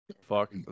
Fuck